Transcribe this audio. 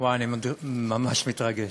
ממש מתרגש.